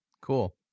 Cool